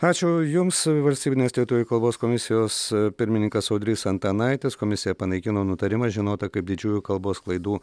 ačiū jums valstybinės lietuvių kalbos komisijos pirmininkas audrys antanaitis komisija panaikino nutarimą žinotą kaip didžiųjų kalbos klaidų